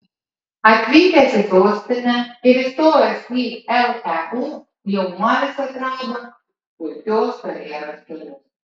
atvykęs į sostinę ir įstojęs į leu jaunuolis atrado puikios karjeros kelius